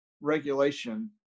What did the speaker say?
regulation